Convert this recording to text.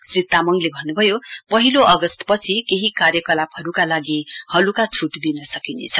श्री तामङले भन्नुभयो पहिलो अगस्तपछि केही कार्यकलापहरुका लागि हलका छट दिन सकिनेछ